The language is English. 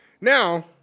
Now